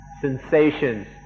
sensations